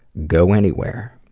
go anywhere.